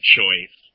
choice